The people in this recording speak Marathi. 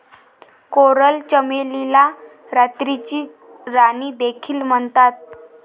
कोरल चमेलीला रात्रीची राणी देखील म्हणतात